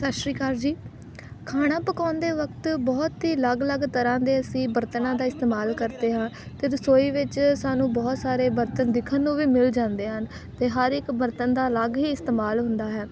ਸਤਿ ਸ਼੍ਰੀ ਅਕਾਲ ਜੀ ਖਾਣਾ ਪਕਾਉਂਦੇ ਵਕਤ ਬਹੁਤ ਹੀ ਅਲੱਗ ਅਲੱਗ ਤਰ੍ਹਾਂ ਦੇ ਅਸੀਂ ਬਰਤਨਾਂ ਦਾ ਇਸਤੇਮਾਲ ਕਰਦੇ ਹਾਂ ਅਤੇ ਰਸੋਈ ਵਿੱਚ ਸਾਨੂੰ ਬਹੁਤ ਸਾਰੇ ਬਰਤਨ ਦਿਖਣ ਨੂੰ ਵੀ ਮਿਲ ਜਾਂਦੇ ਹਨ ਅਤੇ ਹਰ ਇੱਕ ਬਰਤਨ ਦਾ ਅਲੱਗ ਹੀ ਇਸਤੇਮਾਲ ਹੁੰਦਾ ਹੈ